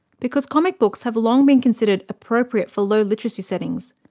because comic books have long been considered appropriate for low literacy settings,